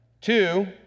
Two